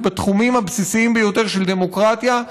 בתחומים הבסיסיים ביותר של דמוקרטיה.